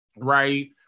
right